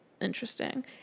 interesting